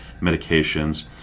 medications